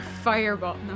Fireball